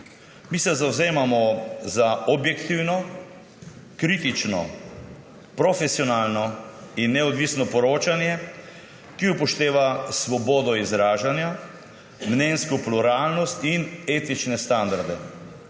Mi se zavzemamo za objektivno, kritično, profesionalno in neodvisno poročanje, ki upošteva svobodo izražanja, mnenjsko pluralnost in etične standarde.